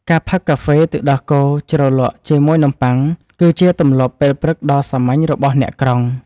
ការផឹកកាហ្វេទឹកដោះគោជ្រលក់ជាមួយនំបុ័ង គឺជាទម្លាប់ពេលព្រឹកដ៏សាមញ្ញរបស់អ្នកក្រុង។